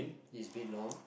it's been long